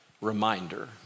reminder